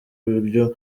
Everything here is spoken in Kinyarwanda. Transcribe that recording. buryo